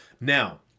Now